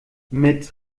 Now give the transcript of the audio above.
mit